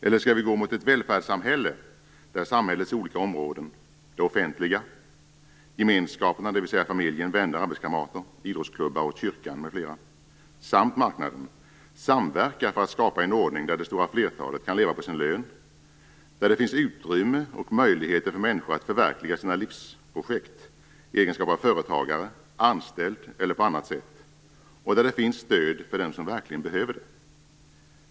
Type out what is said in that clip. Eller skall vi gå mot ett välfärdssamhälle där samhällets olika områden - det offentliga, gemenskaperna, dvs. familjen, vänner, arbetskamrater, idrottsklubbar och kyrkan m.fl. samt marknaden - samverkar för att skapa en ordning där det stora flertalet kan leva på sin lön, där det finns utrymme och möjligheter för människor att förverkliga sina livsprojekt i deras egenskap av företagare, anställda och där det finns stöd för dem som verkligen behöver det?